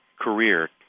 career